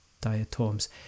Diatoms